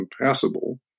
impassable